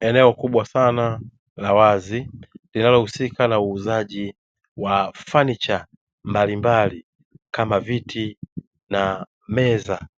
Eneo kubwa sana la wazi linalohusika na uuzaji wa fanicha mbalimbali kama viti na meza,